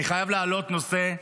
אני חייב להעלות נושא.